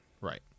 Right